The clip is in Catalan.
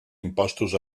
impostos